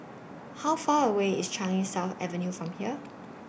How Far away IS Changi South Avenue from here